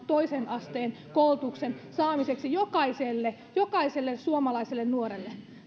toisen asteen koulutuksen saamiseksi jokaiselle jokaiselle suomalaiselle nuorelle